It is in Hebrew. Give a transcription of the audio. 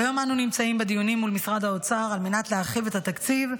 כיום אנו נמצאים בדיונים מול משרד האוצר על מנת להרחיב את התקציב,